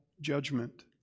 judgment